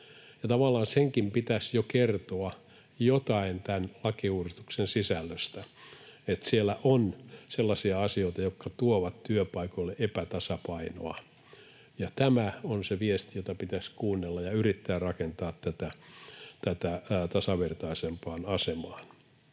senkin pitäisi jo kertoa jotain tämän lakiuudistuksen sisällöstä, että siellä on sellaisia asioita, jotka tuovat työpaikoille epätasapainoa. Tämä on se viesti, jota pitäisi kuunnella ja yrittää rakentaa tätä tasavertaisempaan asemaan.